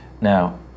Now